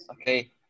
okay